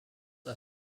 are